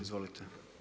Izvolite.